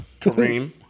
Kareem